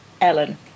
Ellen